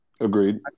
Agreed